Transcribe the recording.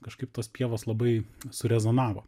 kažkaip tos pievos labai surezonavo